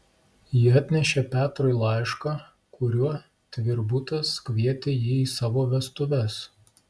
jie atnešė petrui laišką kuriuo tvirbutas kvietė jį į savo vestuves